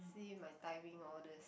see my timing all this